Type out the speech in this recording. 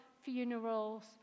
funerals